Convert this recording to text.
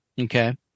Okay